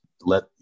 let